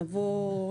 העבודה.